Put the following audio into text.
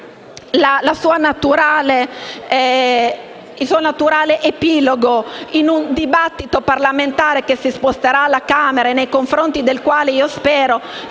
il suo naturale epilogo in un dibattito parlamentare che si sposterà alla Camera, nei confronti del quale - spero